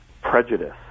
prejudice